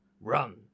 run